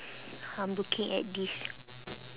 I'm looking at this